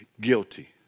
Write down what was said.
guilty